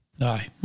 Aye